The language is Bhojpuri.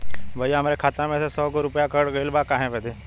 भईया हमरे खाता मे से सौ गो रूपया कट गइल बा काहे बदे?